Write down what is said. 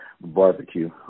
barbecue